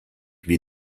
wie